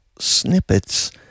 snippets